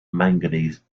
manganese